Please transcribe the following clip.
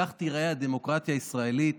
כך תיראה הדמוקרטיה הישראלית.